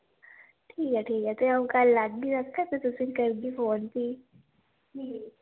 ठीक ऐ ठीक ऐ ते अ'ऊं कल आह्गी ते तुसें करगी फोन फ्ही